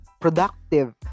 productive